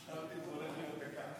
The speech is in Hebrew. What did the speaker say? שאלתי אם זה הולך להיות דקה.